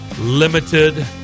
limited